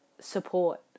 support